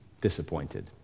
disappointed